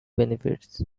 benefits